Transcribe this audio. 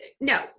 No